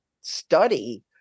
study